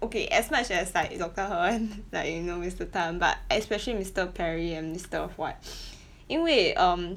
okay as much as like doctor Herr like you know mister Tan but especially mister Perry and mister White 因为 um